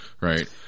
right